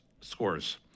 scores